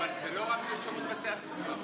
אבל יואב, זה לא רק לשירות בתי הסוהר.